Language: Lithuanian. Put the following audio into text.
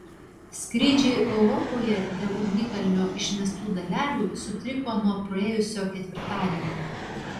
skrydžiai europoje dėl ugnikalnio išmestų dalelių sutriko nuo praėjusio ketvirtadienio